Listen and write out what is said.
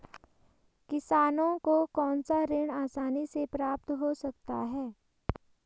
किसानों को कौनसा ऋण आसानी से प्राप्त हो सकता है?